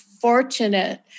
fortunate